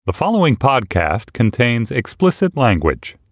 the following podcast contains explicit language